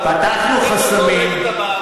פתחנו חסמים.